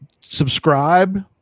subscribe